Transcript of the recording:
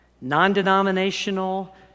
non-denominational